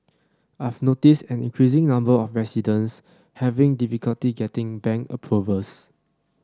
I've noticed an increasing number of residents having difficulty getting bank approvals